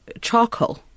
Charcoal